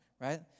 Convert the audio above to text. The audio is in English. right